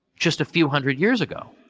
just a few hundred years ago.